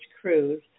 cruise